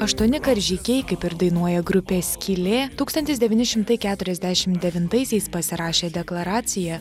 aštuoni karžygiai kaip ir dainuoja grupė skylė tūkstantis devyni šimtai keturiasdešimt devintaisiais pasirašė deklaraciją